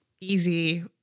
Easy